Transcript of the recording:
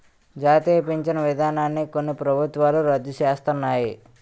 జాతీయ పించను విధానాన్ని కొన్ని ప్రభుత్వాలు రద్దు సేస్తన్నాయి